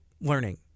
learning